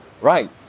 right